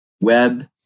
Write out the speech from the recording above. web